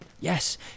Yes